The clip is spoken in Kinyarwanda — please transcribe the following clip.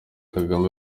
kagame